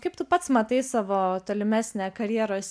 kaip tu pats matai savo tolimesnę karjeros